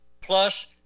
plus